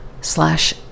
slash